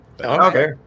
Okay